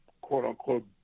quote-unquote